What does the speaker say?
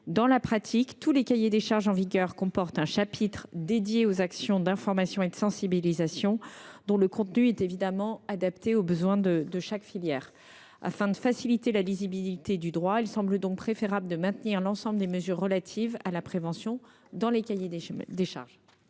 Dans la pratique, tous les cahiers des charges en vigueur comportent un chapitre consacré aux actions d’information et de sensibilisation dont le contenu est adapté aux besoins de chaque filière. Afin de faciliter la lisibilité du droit, il nous semble préférable de maintenir l’ensemble des mesures relatives à la prévention dans les cahiers des charges.